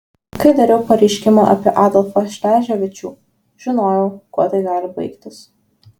kai dariau pareiškimą apie adolfą šleževičių žinojau kuo tai gali baigtis